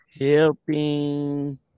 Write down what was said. helping